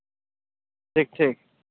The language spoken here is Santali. ᱴᱷᱤᱠ ᱴᱷᱤᱠ